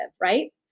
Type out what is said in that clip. right